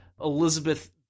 Elizabeth